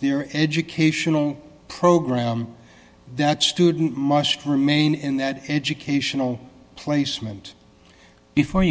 their educational program that student must remain in that educational placement before